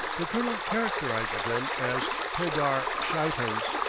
the colonel characterizes them as pedar sheitans,